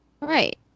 Right